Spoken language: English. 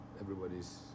everybody's